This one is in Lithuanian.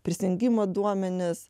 prisijungimo duomenys